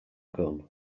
gun